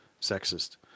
sexist